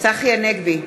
צחי הנגבי,